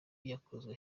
yakozwe